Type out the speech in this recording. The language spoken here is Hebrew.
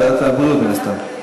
ועדת הבריאות, מן הסתם.